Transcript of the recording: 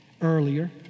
earlier